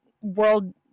world